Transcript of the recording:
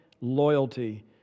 loyalty